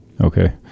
Okay